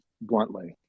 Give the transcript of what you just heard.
bluntly